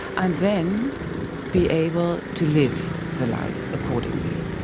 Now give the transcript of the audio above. and then be able to live the life accordingly.